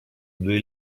due